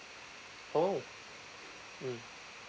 oh mm